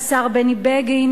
השר בני בגין,